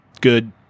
good